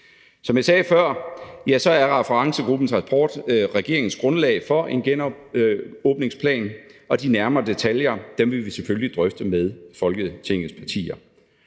Som jeg sagde før, er referencegruppens rapport regeringens grundlag for en genåbningsplan, og de nærmere detaljer vil vi selvfølgelig drøfte med Folketingets partier.